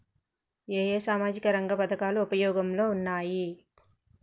ఏ ఏ సామాజిక రంగ పథకాలు ఉపయోగంలో ఉన్నాయి?